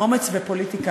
"אומץ ופוליטיקה".